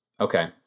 Okay